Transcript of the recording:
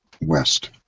west